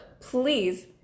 please